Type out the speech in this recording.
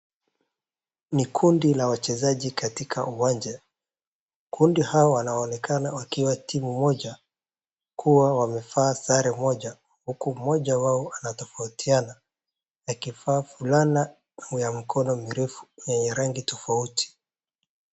Ni kundi la wachezaji katika uwanja. Kundi hawa wanaonekana wakiwa timu moja kuwa wamevaa sare moja. Huku mmoja wao anatofautiana akivaa fulana ya mikono mirefu lenye rangi tofauti.